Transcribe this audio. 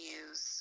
use